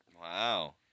Wow